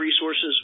resources